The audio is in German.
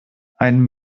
ein